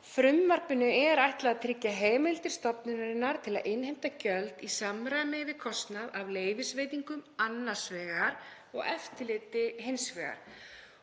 frumvarpinu er ætlað að tryggja heimildir stofnunarinnar til að innheimta gjöld í samræmi við kostnað af leyfisveitingum annars vegar og eftirliti hins vegar.